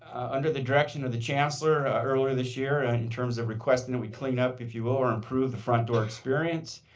under the direction of the chancellor earlier this year, and in terms of requesting and we clean up, if you will, or improve the front-door experience,